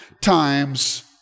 times